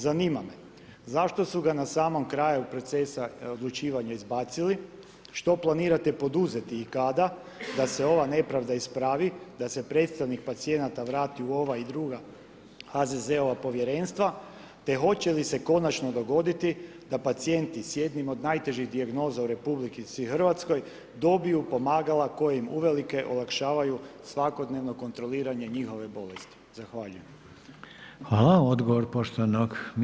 Zanima me zašto su ga na samom kraju procesa odlučivanja izbacili, što planirate poduzeti i kada da se ova nepravda ispravi, da se predstavnik pacijenata vrati u ova i druga HZZO-ova povjerenstva, te hoće li se konačno dogoditi da pacijenti s jednim od najtežih dijagnoza u RH dobiju pomagala koja im uvelike olakšavaju svakodnevno kontroliranje njihove bolesti.